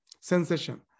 sensation